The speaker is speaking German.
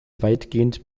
weitgehend